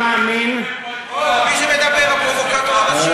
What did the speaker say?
מי שמדבר, הפרובוקטור הראשי.